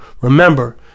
Remember